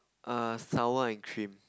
err sour and cream